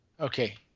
Okay